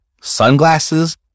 Sunglasses